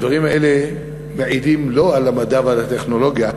הדברים האלה מעידים לא על המדע ועל הטכנולוגיה,